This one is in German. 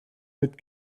mit